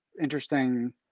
interesting